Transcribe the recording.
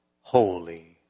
holy